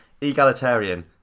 egalitarian